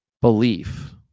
belief